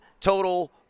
total